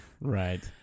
Right